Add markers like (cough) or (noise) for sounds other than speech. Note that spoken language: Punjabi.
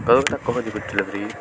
ਕਦੋਂ ਕ ਤੱਕ ਭਾਅ ਜੀ (unintelligible)